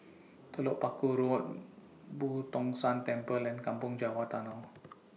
Telok Paku Road Boo Tong San Temple and Kampong Java Tunnel